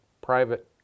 private